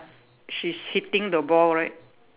she's hitting the ball right